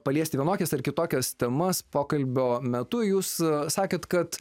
paliesti vienokias ar kitokias temas pokalbio metu jūs sakėte kad